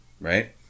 right